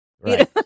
Right